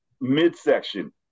midsection